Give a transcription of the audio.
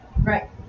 Right